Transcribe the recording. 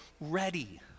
ready